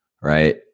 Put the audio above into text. right